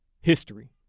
history